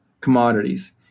commodities